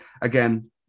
Again